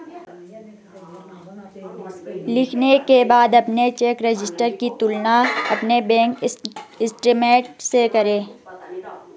लिखने के बाद अपने चेक रजिस्टर की तुलना अपने बैंक स्टेटमेंट से करें